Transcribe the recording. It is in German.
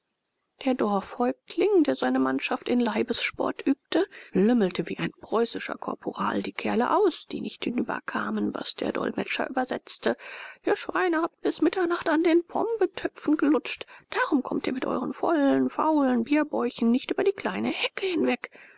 der dorfhäuptling der seine mannschaft in leibessport übte lümmelte wie ein preußischer korporal die kerle aus die nicht hinüber kamen was der dolmetscher übersetzte ihr schweine habt bis mitternacht an den pombetöpfen gelutscht darum kommt ihr mit euren vollen faulen bierbäuchen nicht über die kleine hecke weg